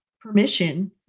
permission